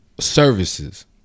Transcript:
services